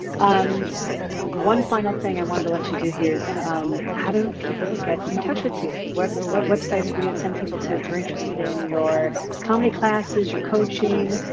um one final thing i wanted to let you do here is um how do people get in touch with you? what what websites would you send people to if they're interested in your comedy classes, your coaching,